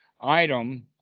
item